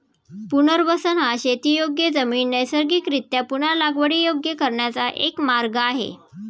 पुनर्वसन हा शेतीयोग्य जमीन नैसर्गिकरीत्या पुन्हा लागवडीयोग्य करण्याचा एक मार्ग आहे